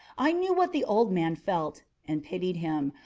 i knew what the old man felt, and pitied him,